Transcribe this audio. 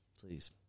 Please